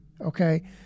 Okay